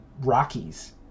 rockies